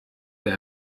der